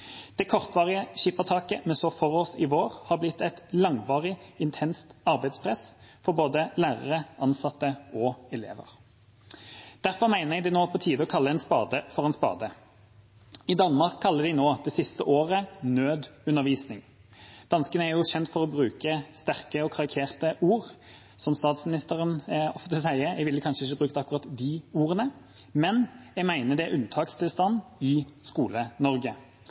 Det kortvarige skippertaket vi så for oss i vår, har blitt et langvarig, intenst arbeidspress for både lærere, ansatte og elever. Derfor mener jeg det nå er på tide å kalle en spade for en spade. I Danmark kaller de nå det siste året nødundervisning. Danskene er jo kjent for å bruke sterke og karikerte ord. Statsministeren sier ofte at hun kanskje ikke ville brukt akkurat de ordene, men jeg mener det er unntakstilstand i